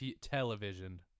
television